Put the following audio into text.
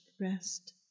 rest